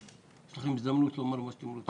יש לכם הזדמנות לומר מה שאתם רוצים.